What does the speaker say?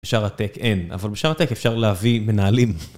בשאר הטק אין, אבל בשאר הטק אפשר להביא מנהלים.